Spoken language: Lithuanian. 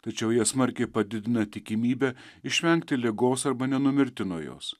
tačiau jie smarkiai padidina tikimybę išvengti ligos arba nenumirti nuo jos